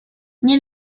nie